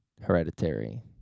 Hereditary